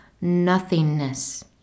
nothingness